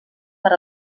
per